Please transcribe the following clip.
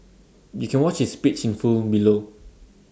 you can watch his speech in full below